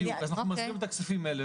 ואז אנחנו מחזירים את הכספים האלה,